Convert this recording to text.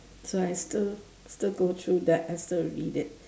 so I still still go through that I still read it